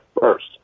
first